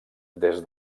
des